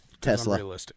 Tesla